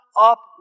Up